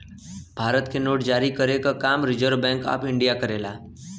भारत में नोट जारी करे क काम रिज़र्व बैंक ऑफ़ इंडिया करेला